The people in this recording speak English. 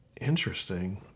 Interesting